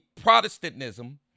Protestantism